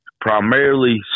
primarily